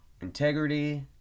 integrity